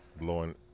blowing